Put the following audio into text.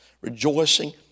rejoicing